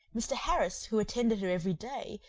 mr. harris, who attended her every day,